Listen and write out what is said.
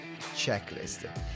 checklist